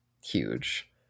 huge